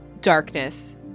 darkness